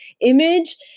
image